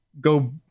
go